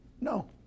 No